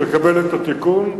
אני מקבל את התיקון,